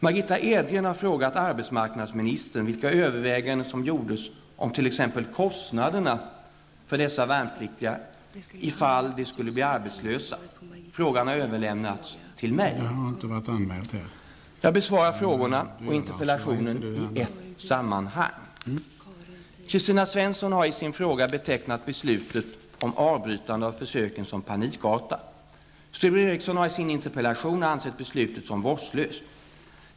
Margitta Edgren har frågat arbetsmarknadsministern vilka överväganden som gjordes om t.ex. kostnaderna för dessa värnpliktiga ifall de skulle blir arbetslösa. Frågan har överlämnats till mig. Jag besvarar frågorna och interpellationen i ett sammanhang. Kristina Svensson har i sin fråga betecknat beslutet om avbrytande av försöken som panikartat. Sture Ericson har i sin interpellation betecknat beslutet som vårdslöst.